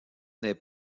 n’est